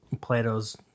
Plato's